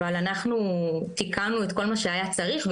אבל אנחנו תיקנו את כל מה שהיה צריך,